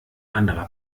anderer